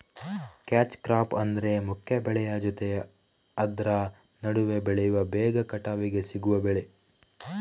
catch crop ಅಂದ್ರೆ ಮುಖ್ಯ ಬೆಳೆಯ ಜೊತೆ ಆದ್ರ ನಡುವೆ ಬೆಳೆಯುವ ಬೇಗ ಕಟಾವಿಗೆ ಸಿಗುವ ಬೆಳೆ